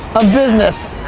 of business,